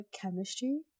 chemistry